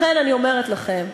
לכן אני אומרת לכם,